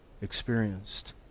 experienced